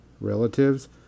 relatives